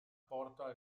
porta